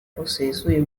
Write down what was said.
busesuye